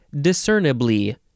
discernibly